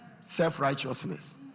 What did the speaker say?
Self-righteousness